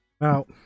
Now